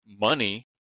money